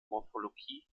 morphologie